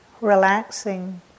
relaxing